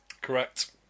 Correct